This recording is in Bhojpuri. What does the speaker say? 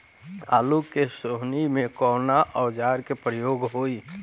आलू के सोहनी में कवना औजार के प्रयोग होई?